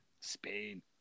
Spain